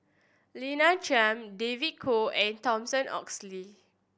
Lina Chiam David Kwo and Thomas Oxley